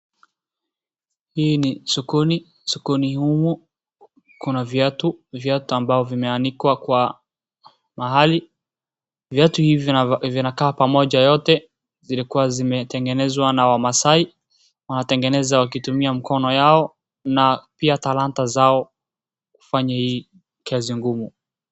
Hii ni sokoni, sokoni humu ku, kuna viatu, viatu ambavyo vimeanikwa kwa mahali. Viatu hivi vinavyo, vinakaa pamoja yote zilikuwa zimetengenezwa na Wamaasai, wanatengeneza wakitumia mkono yao, na pia talanta zao kufanya hii kazi ngumu.